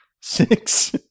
Six